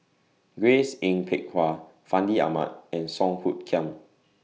Grace Yin Peck Ha Fandi Ahmad and Song Hoot Kiam